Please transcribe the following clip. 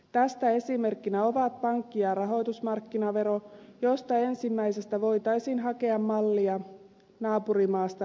tästä esimerkkinä ovat pankki ja rahoitusmarkkinaverot joista ensimmäisestä voitaisiin hakea mallia naapurimaastamme ruotsista